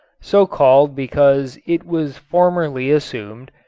so called because it was formerly assumed,